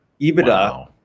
EBITDA